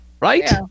Right